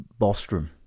bostrom